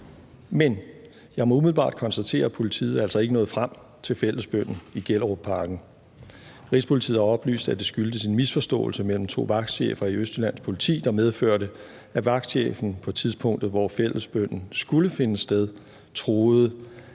Men jeg må umiddelbart konstatere, at politiet altså ikke nåede frem til fællesbønnen i Gellerupparken. Rigspolitiet har oplyst, at det skyldtes en misforståelse mellem to vagtchefer i Østjyllands Politi, der medførte, at vagtchefen på tidspunktet, hvor fællesbønnen skulle finde sted, troede,